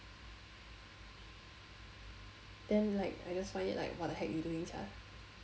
then like I just find it like what the heck you doing sia